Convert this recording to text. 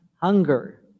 hunger